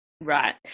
Right